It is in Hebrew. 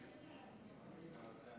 חמש דקות